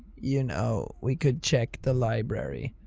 you know, we could check the library.